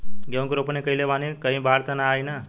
गेहूं के रोपनी कईले बानी कहीं बाढ़ त ना आई ना?